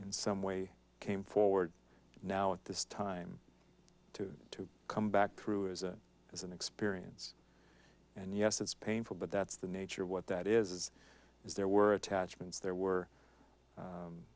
in some way came forward now at this time to come back through as it was an experience and yes it's painful but that's the nature of what that is is there were attachments there were